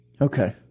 Okay